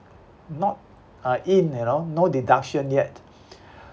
not uh in you know no deduction yet